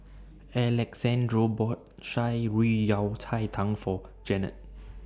Alexandro bought Shan Rui Yao Cai Tang For Janette